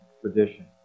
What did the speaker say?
tradition